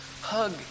hug